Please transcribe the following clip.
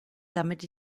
damit